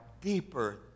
deeper